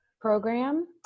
Program